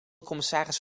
commissaris